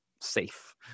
safe